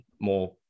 more